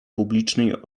publicznej